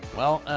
well,